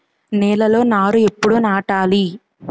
నేలలో నారు ఎప్పుడు నాటాలి?